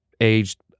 aged